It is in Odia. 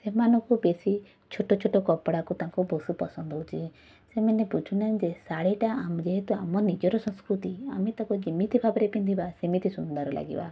ସେମାନଙ୍କୁ ବେଶି ଛୋଟ ଛୋଟ କପଡ଼ାକୁ ତାଙ୍କୁ ବେଶି ପସନ୍ଦ ହେଉଛି ସେମାନେ ବୁଝୁନାହାଁନ୍ତି ଯେ ଶାଢ଼ୀଟା ଯେହେତୁ ଆମର ନିଜର ସଂସ୍କୃତି ଆମେ ତାକୁ ଯେମିତି ଭାବରେ ପିନ୍ଧିବା ସେମିତି ସୁନ୍ଦର ଲାଗିବା